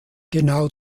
genau